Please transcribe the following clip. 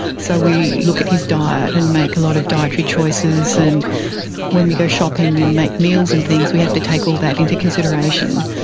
so we look at his diet and make a lot of dietary choices. and when we go shopping and make meals and things we have to take all that into consideration,